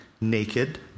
naked